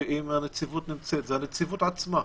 ואם הנציבות נמצאת, זה הנציבות עצמה.